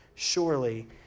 Surely